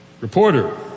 Reporter